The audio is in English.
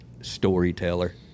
storyteller